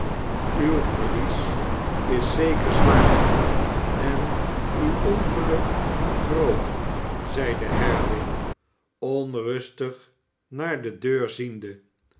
uw verliesiszeke zwaar en uw ongeluk groot zeide haredale onrustig naar de deur ziende